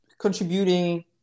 contributing